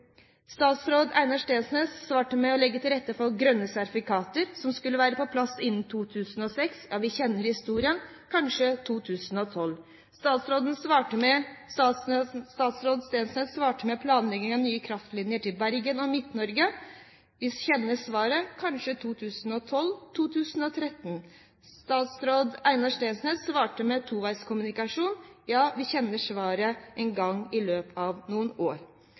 Statsråd Einar Steensnæs svarte med å legge til rette for grønne sertifikater, som skulle være på plass innen 2006. Ja, vi kjenner historien – kanskje 2012. Statsråd Steensnæs svarte med planleggingen av nye kraftlinjer til Bergen og Midt-Norge. Vi kjenner svaret – kanskje 2012–2013. Statsråd Einar Steensnæs svarte med toveis kommunikasjon – ja, vi kjenner svarte en gang i løpet av noen år.